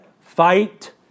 Fight